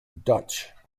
dutch